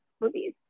movies